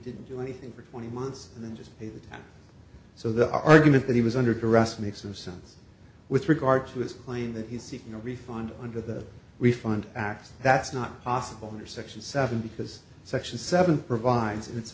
didn't do anything for twenty months and then just so the argument that he was under duress makes some sense with regard to his claim that he's seeking a refund under the refund act that's not possible under section seven because section seven provides it's